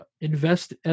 invest